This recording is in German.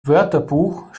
wörterbuch